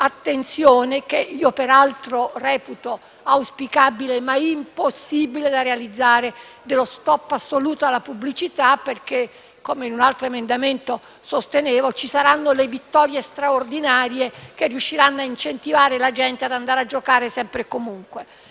attenzione, che reputo auspicabile, ma impossibile da realizzare, sullo *stop* assoluto alla pubblicità perché, come in un altro emendamento sostenevo, ci saranno le vittorie straordinarie che riusciranno a incentivare la gente ad andare a giocare sempre e comunque.